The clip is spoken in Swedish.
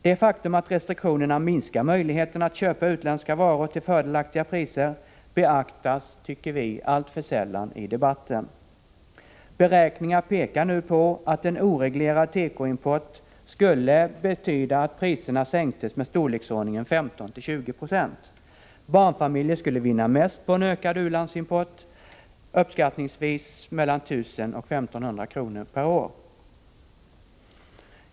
Det faktum att restriktionerna minskar möjligheten att köpa utländska varor till fördelaktiga priser beaktas, tycker vi, alltför sällan i debatten. Beräkningar pekar på att en oreglerad tekoimport skulle betyda att priserna sänktes med i storleksordningen 15-20 26. Barnfamiljer skulle vinna mest på en ökad u-landsimport, uppskattningsvis 1 000-1 500 kr. per år.